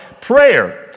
Prayer